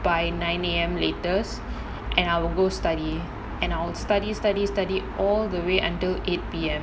by nine A_M latest and I will go study and I'll study study study all the way until eight P_M